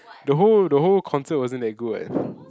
the whole the whole concert wasn't that good what